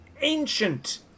ancient